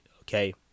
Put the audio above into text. okay